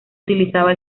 utilizaba